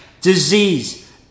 disease